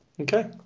okay